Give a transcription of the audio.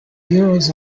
heroes